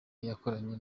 yakoranye